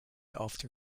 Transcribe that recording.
after